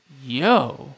Yo